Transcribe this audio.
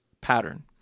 pattern